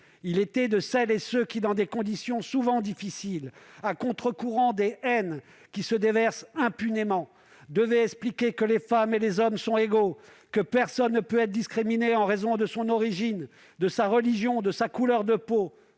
Il était de celles et de ceux qui, dans des conditions souvent difficiles, à contre-courant des haines qui se déversent impunément, devaient expliquer que les femmes et les hommes sont égaux, que personne ne peut être discriminé en raison de son origine, de sa religion, de sa couleur de peau